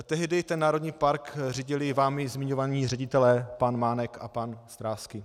Tehdy ten národní park řídili vámi zmiňovaní ředitelé pan Mánek a pan Stráský.